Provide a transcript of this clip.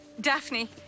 Daphne